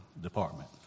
department